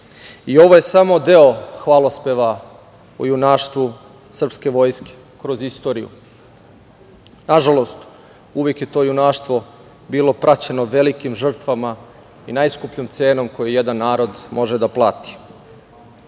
je samo deo hvalospeva o junaštvu srpske vojske kroz istoriju. Nažalost, uvek je to junaštvo bilo praćeno velikim žrtvama i najskupljom cenom koju jedan narod može da